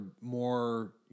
more